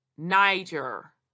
Niger